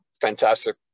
fantastic